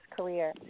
career